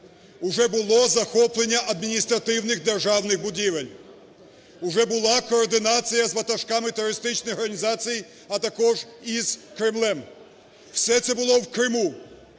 Уже було захоплення адміністративних державних будівель, уже була координація з ватажками терористичних організацій, а також із Кремлем. Все це було в Криму,